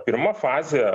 pirma fazė